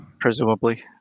Presumably